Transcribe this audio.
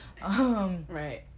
Right